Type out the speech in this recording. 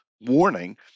warning